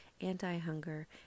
anti-hunger